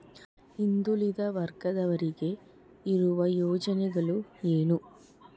ಹಿಂದುಳಿದ ವರ್ಗದವರಿಗೆ ಇರುವ ಯೋಜನೆಗಳು ಏನು?